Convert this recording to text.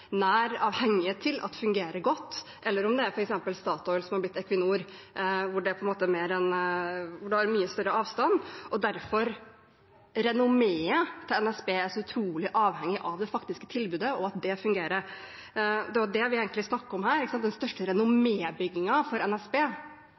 nær avhengighet til at fungerer godt, eller om det f.eks. er Statoil som har blitt Equinor, noe man har mye større avstand til. Renommeet til NSB er så utrolig avhengig av det faktiske tilbudet og at det fungerer. Det var det vi egentlig snakket om her. Den største